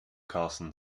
carson